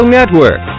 Network